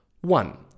One